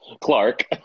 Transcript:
Clark